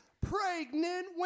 pregnant